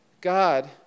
God